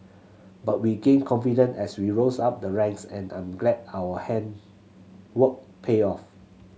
but we gained confident as we rose up the ranks and I'm glad our hand work paid off